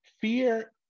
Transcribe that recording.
fear